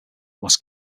must